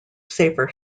safer